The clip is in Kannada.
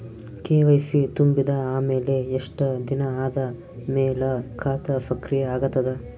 ಕೆ.ವೈ.ಸಿ ತುಂಬಿದ ಅಮೆಲ ಎಷ್ಟ ದಿನ ಆದ ಮೇಲ ಖಾತಾ ಸಕ್ರಿಯ ಅಗತದ?